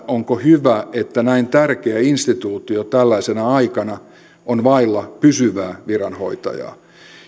onko hyvä että näin tärkeä instituutio tällaisena aikana on vailla pysyvää viranhoitajaa